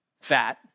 fat